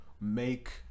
make